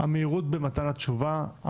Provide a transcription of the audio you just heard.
המהירות במתן התשובה,